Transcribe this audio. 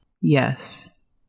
Yes